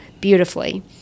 beautifully